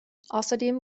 außerdem